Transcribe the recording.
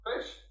fish